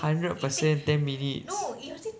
hundred precent ten minutes